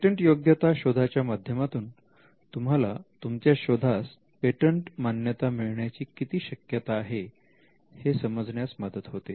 पेटंटयोग्यता शोधाच्या माध्यमातून तुम्हाला तुमच्या शोधास पेटंट मान्यता मिळण्याची किती शक्यता आहे हे समजण्यास मदत होते